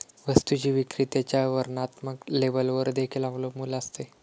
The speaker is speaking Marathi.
वस्तूची विक्री त्याच्या वर्णात्मक लेबलवर देखील अवलंबून असते